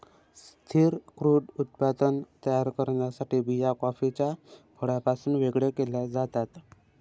स्थिर क्रूड उत्पादन तयार करण्यासाठी बिया कॉफीच्या फळापासून वेगळे केल्या जातात